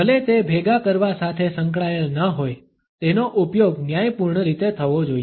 ભલે તે ભેગા કરવા સાથે સંકળાયેલ ન હોય તેનો ઉપયોગ ન્યાયપૂર્ણ રીતે થવો જોઈએ